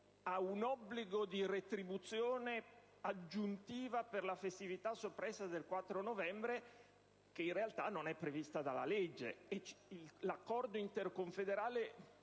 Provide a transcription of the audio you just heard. a un obbligo di retribuzione aggiuntiva per la festività soppressa del 4 novembre che, in realtà, non è previsto dalla legge; e poiché l'accordo interconfederale,